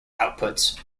outputs